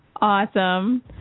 Awesome